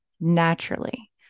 naturally